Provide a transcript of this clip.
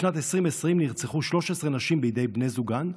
בשנת 2020 נרצחו 13 נשים בידי בני זוגן,